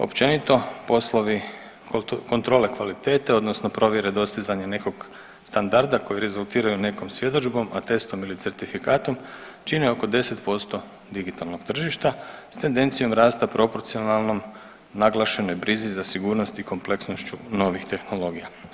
Općenito poslovi kontrole kvalitete odnosno provjere dostizanja nekog standarda koji rezultiraju nekom svjedodžbom, atestom ili certifikatom čine oko 10% digitalnog tržišta s tendencijom rasta proporcionalno naglašenoj brizi za sigurnost i kompleknošću novih tehnologija.